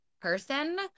person